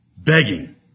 Begging